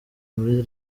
muri